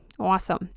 awesome